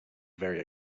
very